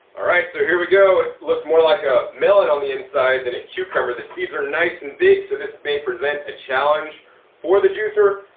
alight, so here we go. looks more like a melon on the inside than a cucumber. the seeds are nice and big, so this may present a challenge for the juicer.